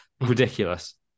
ridiculous